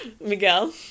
Miguel